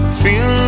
feel